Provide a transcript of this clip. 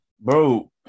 Bro